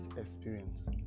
experience